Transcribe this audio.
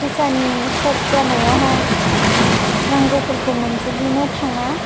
फैसानि सर्ट जानायावहाय नांगौफोरखौ मोनजोबनो थाङा